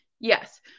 Yes